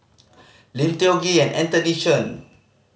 Lim Tiong Ghee Anthony Chen